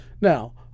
now